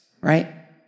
right